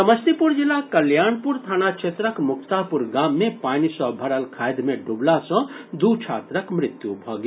समस्तीपुर जिलाक कल्याणपुर थाना क्षेत्रक मुक्तापुर गाम मे पानि सॅ भरल खाधि मे डूबला सॅ दू छात्रक मृत्यु भऽ गेल